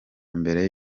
mbere